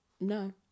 No